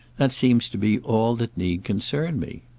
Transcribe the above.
that seems to be all that need concern me.